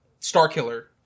Starkiller